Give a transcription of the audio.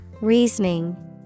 Reasoning